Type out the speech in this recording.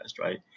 right